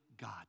God